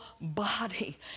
body